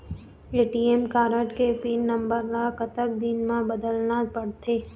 ATM card के pin number ला कतक दिन म बदलना पड़थे?